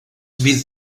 fyddi